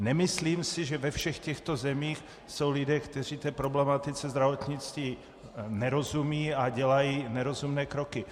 Nemyslím si, že ve všech těchto zemích jsou lidé, kteří problematice zdravotnictví nerozumějí a dělají nerozumné kroky.